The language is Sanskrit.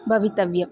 भवितव्यम्